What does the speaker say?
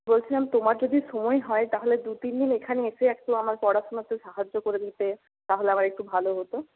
বলছিলাম তোমার যদি সময় হয় তাহলে দু তিন দিন এইখানে এসে একটু আমার পড়াশোনাতে সাহায্য করে দিতে তাহলে আমার একটু ভালো হতো